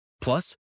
plus